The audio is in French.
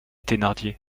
thénardier